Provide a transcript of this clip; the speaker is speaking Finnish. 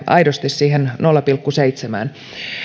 aidosti siihen nolla pilkku seitsemään